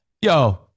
yo